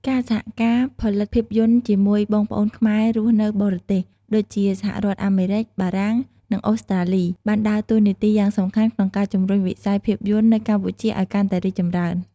ការសហការផលិតភាពយន្តជាមួយបងប្អូនខ្មែររស់នៅបរទេស ដូចជាសហរដ្ឋអាមេរិក បារាំង និងអូស្ត្រាលី បានដើរតួនាទីយ៉ាងសំខាន់ក្នុងការជំរុញវិស័យភាពយន្តនៅកម្ពុជាឱ្យកាន់តែរីកចម្រើន។